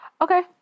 Okay